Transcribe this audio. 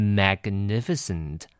magnificent